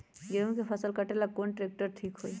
गेहूं के फसल कटेला कौन ट्रैक्टर ठीक होई?